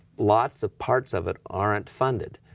lots of parts of it aren't funded.